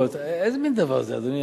אישרו את האוניברסיטה באריאל.